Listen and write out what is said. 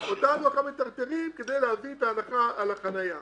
אותנו מטרטרים כדי להביא את ההנחה על החניה.